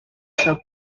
sub